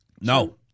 No